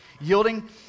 yielding